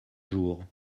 jours